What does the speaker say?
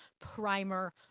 primer